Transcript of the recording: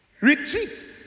Retreat